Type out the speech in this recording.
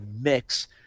mix